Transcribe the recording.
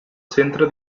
centre